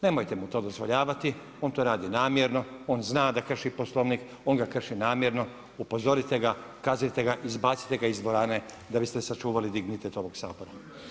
Nemojte mu to dozvoljavati, on to radi namjerno, on zna da krši Poslovnik, on ga krši namjerno, upozorite ga, kaznite ga, izbacite ga iz dvorane da biste sačuvali dignitet ovog Sabora.